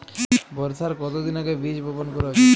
বর্ষার কতদিন আগে বীজ বপন করা উচিৎ?